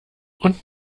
und